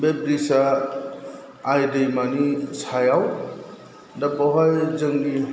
बे ब्रिजआ आइ दैमानि सायाव दा बावहाय जोंनि